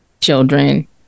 children